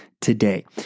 today